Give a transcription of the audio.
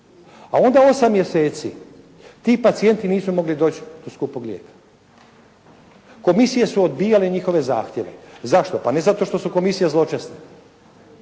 A onda osam mjeseci ti pacijenti nisu mogli doći do skupog lijeka. Komisije su odbijale njihove zahtjeve. Zašto? Pa ne zato što su komisije zločeste,